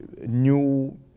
new